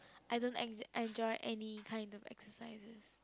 I don't exac~ enjoy any kind of exercises